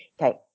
Okay